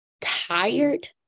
tired